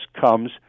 comes